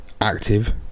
active